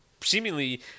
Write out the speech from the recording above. seemingly